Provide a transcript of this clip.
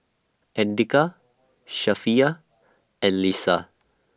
Andika Safiya and Lisa